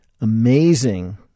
amazing